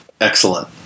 excellent